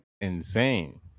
insane